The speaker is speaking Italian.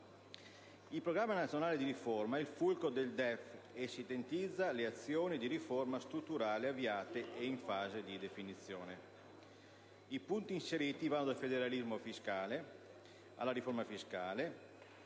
Il Programma nazionale di riforma è il fulcro del Documento di economia e finanza e sintetizza le azioni di riforma strutturale avviate e in fase di definizione. I punti inseriti vanno dal federalismo fiscale, alla riforma fiscale,